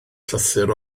llythyr